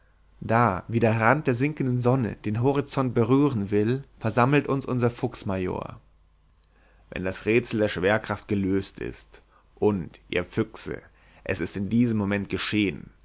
da wie der rand der sinkenden sonne den horizont berühren will versammelt uns unser fuchsmajor wenn das rätsel der schwerkraft gelöst ist und ihr füchse es ist in diesem moment geschehn